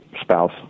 spouse